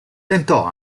tentò